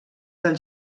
del